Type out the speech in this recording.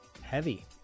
Heavy